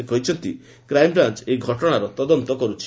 ସେ କହିଛନ୍ତି କ୍ରାଇମ୍ବ୍ରାଞ୍ଚ୍ ଏହି ଘଟଣାର ତଦନ୍ତ କରୁଛି